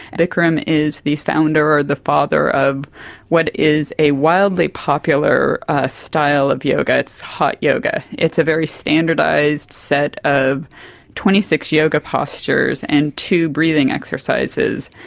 bikram is the founder or the father of what is a wildly popular ah style of yoga. it's hot yoga. it's a very standardised set of twenty six yoga postures and two breathing exercises,